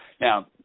Now